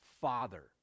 Father